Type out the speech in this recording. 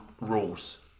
rules